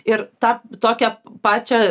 ir tą tokią pačią